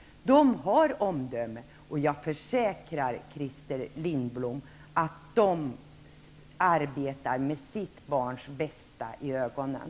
De har omdöme, och jag försäkrar Christer Lindblom att de arbetar med sitt barns bästa för ögonen.